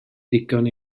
digon